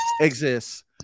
exists